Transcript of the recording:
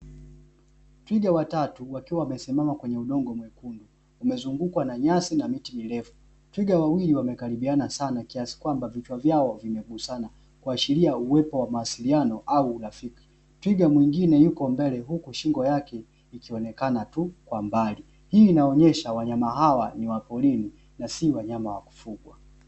Twiga watatu wakiwa wamesimama kwenye udongo mwekundu, wamezungukwa na nyasi na miti mirefu. Twiga wawili wamekaribiana sana kiasi kwamba vichwa vyao vimegusana, kuashiria uwepo wa mawasiliano au urafiki. Twiga mwingine yuko mbele huku shingo yake ikionekana tu kwa mbali. Hii inaonyesha wanyama hawa ni wa porini na si wanyama wa kufugwa .